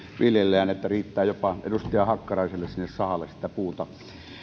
viljellään että riittää jopa edustaja hakkaraiselle sinne sahalle sitä puuta